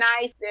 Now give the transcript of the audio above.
nice